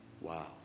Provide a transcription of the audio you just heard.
Wow